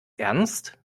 ernst